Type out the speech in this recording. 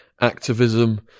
activism